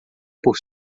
por